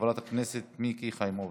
חברת הכנסת מיקי חיימוביץ',